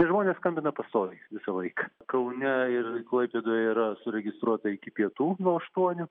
ir žmonės skambina pastoviai visąlaik kaune ir klaipėdoje yra suregistruota iki pietų nuo aštuonių